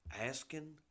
asking